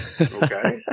Okay